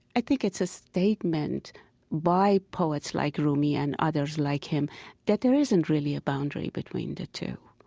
i think it's a statement by poets like rumi and others like him that there isn't really a boundary between the two.